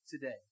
today